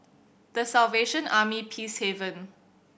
The Salvation Army Peacehaven